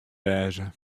wêze